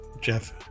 Jeff